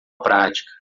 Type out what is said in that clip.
prática